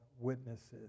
witnesses